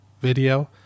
video